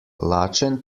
lačen